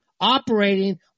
operating